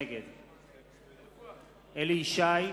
נוכח מרינה סולודקין,